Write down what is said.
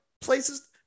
places